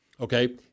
Okay